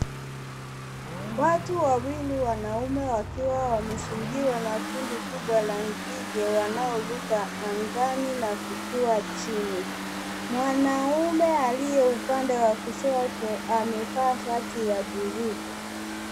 Watu wawili wanaume wakiwa wamezingirwa na kundi kubwa la nzige wanaoruka angani na kutua chini. Mwanaume aliye upande wa kushoto amevaa shati ya buluu.